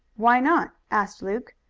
why not? asked luke.